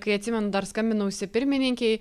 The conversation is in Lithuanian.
kai atsimenu dar skambinausi pirmininkei